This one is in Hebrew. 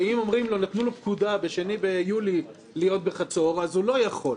לא אמרתי שאם נתנו לו פקודה ב-2 ביולי להיות בחצור אז הוא לא יכול.